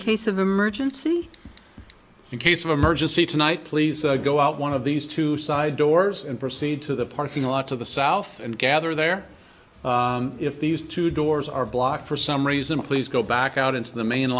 case of emergency in case of emergency tonight please go out one of these two side doors and proceed to the parking lot of the south and gather there if these two doors are blocked for some reason please go back out into the main